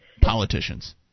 Politicians